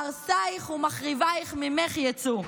מהרסייך ומחריבייך ממך יצאו.